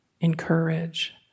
encourage